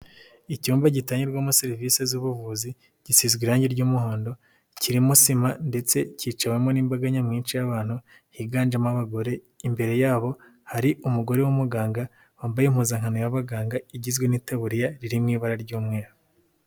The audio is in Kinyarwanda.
Icyumba gitangirwamo serivise z'ubuvuzi gisizwe irange ry'umuhondo kirimo sima ndetse cyicewemo n'imbaga nyamwinshi y'abantu higanjemo abagore, imbere yabo hari umugore w'umuganga wambaye impuzankano y'abaganga igizwe n'itaburiya riri mu ibara ry'umweru.